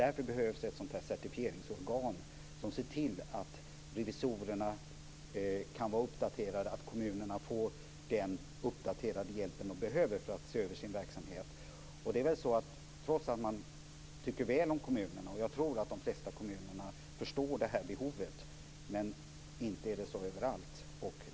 Därför behövs ett certifieringsorgan som ser till att revisorerna kan vara uppdaterade och att kommunerna får den uppdaterade hjälp de behöver för att se över sin verksamhet. Jag tror att de flesta kommuner förstår detta behov, men så är det inte överallt.